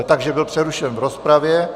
Takže byl přerušen v rozpravě.